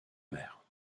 mère